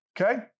Okay